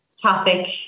Topic